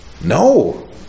No